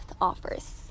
offers